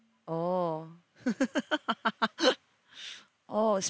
oh oh